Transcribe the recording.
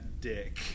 Dick